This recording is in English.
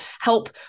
help